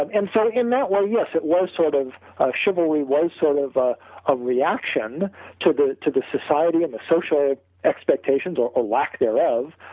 ah and so in that way yes it was sort of ah chivalry was sort of ah a reaction to the to the society, and the social expectations or lack thereof,